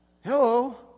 Hello